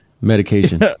medication